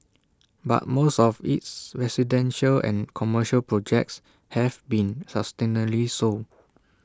but most of its residential and commercial projects have been substantially sold